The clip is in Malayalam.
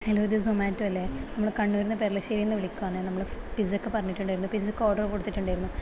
ഹലോ ഇത് സോമറ്റോ അല്ലെ നമ്മള് കണ്ണൂര് പെർളശ്ശേരിയിൽ നിന്ന് വിളിക്കുവാണെ നമ്മള് പിസക്ക് പറഞ്ഞിട്ടുണ്ടായിരുന്നു പിസക്ക് ഓർഡറ് കൊടുത്തിട്ടുണ്ടായിരുന്നു